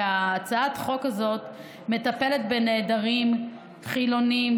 הצעת החוק הזאת מטפלת בנעדרים חילונים,